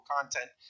content